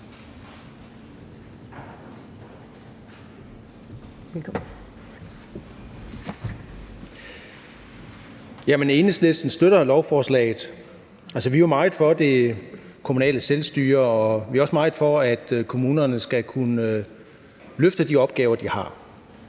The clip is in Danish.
Enhedslisten støtter lovforslaget. Vi er meget for det kommunale selvstyre, og vi er også meget for, at kommunerne skal kunne løfte de opgaver, de har.